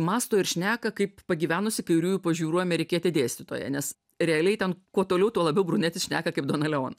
mąsto ir šneka kaip pagyvenusi kairiųjų pažiūrų amerikietė dėstytoja nes realiai ten kuo toliau tuo labiau brunetis šneka kaip dona leon